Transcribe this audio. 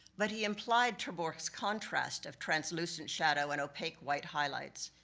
but he implied ter borch's contrast of translucent shadow and opaque white highlights.